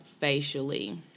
facially